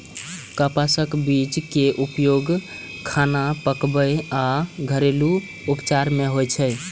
कपासक बीज के उपयोग खाना पकाबै आ घरेलू उपचार मे होइ छै